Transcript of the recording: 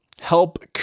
help